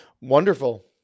Wonderful